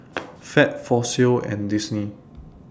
Fab Fossil and Disney